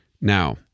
Now